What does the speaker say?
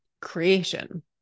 creation